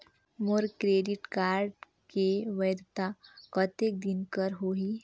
मोर credit card के वैधता कतेक दिन कर होही?